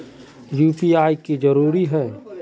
UPI की जरूरी है?